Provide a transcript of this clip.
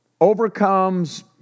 overcomes